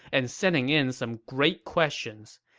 and sending in some great questions.